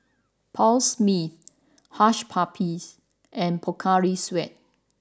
Paul Smith Hush Puppies and Pocari Sweat